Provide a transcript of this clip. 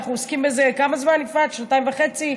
אי-אפשר לעבור איתו קריאה שנייה ושלישית.